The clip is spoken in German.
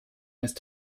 ist